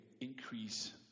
increase